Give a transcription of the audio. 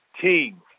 team